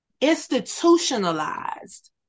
institutionalized